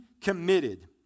committed